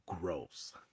gross